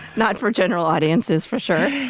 not for general audiences for sure.